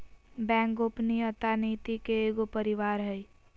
bank गोपनीयता नीति के एगो परिवार हइ